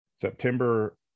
September